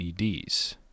LEDs